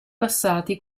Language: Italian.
passati